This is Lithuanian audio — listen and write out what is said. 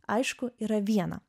aišku yra viena